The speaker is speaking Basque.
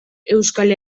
euskal